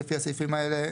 לפי הסעיפים האלה,